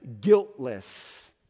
guiltless